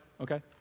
okay